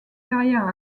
carrière